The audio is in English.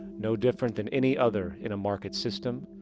no different than any other in a market system,